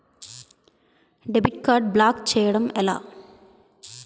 Debit card block చేయటం ఎలా?